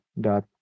dot